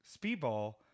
Speedball